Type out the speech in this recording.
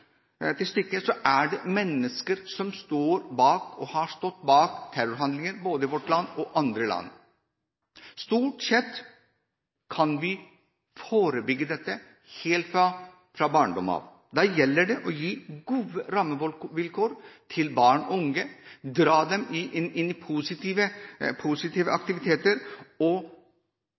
til stykket, er det mennesker som står bak og har stått bak terrorhandlinger både i vårt land og i andre land. Stort sett kan vi forebygge dette helt fra barndommen av. Da gjelder det å gi gode rammevilkår til barn og unge, dra dem inn i positive aktiviteter og